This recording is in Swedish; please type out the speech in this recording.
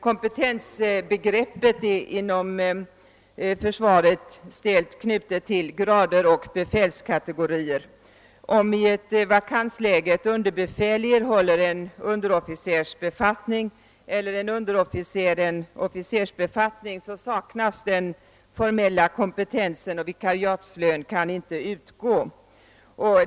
Kompetensbegreppet inom försvaret är stelt knutet till grader och befälskategorier. Om i ett vakansläge ett underbefäl erhåller en underofficersbefattning eller en underofficer en officersbefattning, saknar vederbörande den formella kompetensen och vikariatslön kan inte utgå.